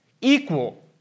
equal